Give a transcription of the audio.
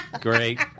great